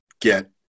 get